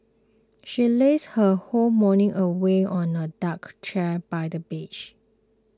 she lazed her whole morning away on a duck chair by the beach